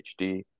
HD